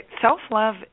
self-love